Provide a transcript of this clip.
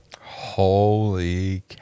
Holy